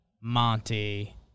Monty